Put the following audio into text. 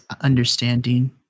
understanding